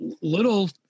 little